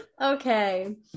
okay